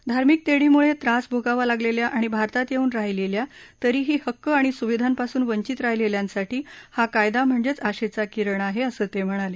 धार्मिक तेढीमुळे त्रास भोगावा लागलेल्या आणि भारतात येऊन राहिलेल्या तरीही हक्क आणि सुविधांपासून वंचित राहिलेल्यांसाठी हा कायदा म्हणजे आशेचा किरण आहे असं ते म्हणाले